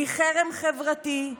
חרם חברתי,